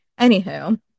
Anywho